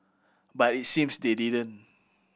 but it seems they didn't